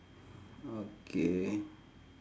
okay